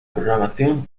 programación